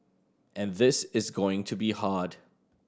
and this is going to be hard